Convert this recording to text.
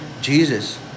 Jesus